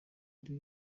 ari